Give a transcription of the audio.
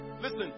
listen